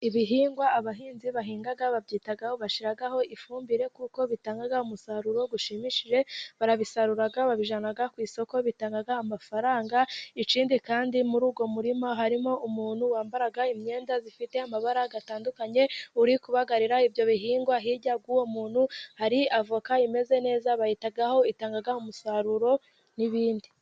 Ibihingwa abahinzi bahinga, babyitaho bashyiraho ifumbire kuko bitanga umusaruro ushimishije, barabisara babijyana ku isoko bitanga amafaranga, ikindi kandi muri uwo murima harimo umuntu wambara imyenda ifite amabara atandukanye, uri kubagarira ibyo bihingwa hirya y'uwo muntu hari avoka imeze neza, bayihitaho itanga umusaruro n'ibindi.